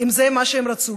אם זה מה שהם רצו,